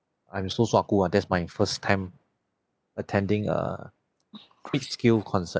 I'm so suaku ah that's my first time attending a big scale concert